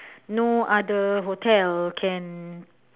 no other hotel can